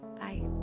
bye